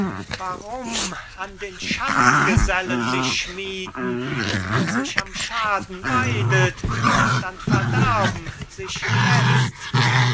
warum an den schandgesellen mich schmieden der sich am schaden weidet und am verderben sich letzt